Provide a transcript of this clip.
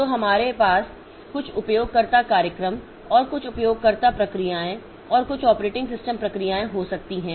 तो हमारे पास कुछ उपयोगकर्ता कार्यक्रम और कुछ उपयोगकर्ता प्रक्रियाएं और कुछ ऑपरेटिंग सिस्टम प्रक्रियाएं हो सकती हैं